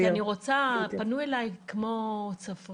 כן, אני אשמח, כי פנו אלי נשים כמו צפרירה.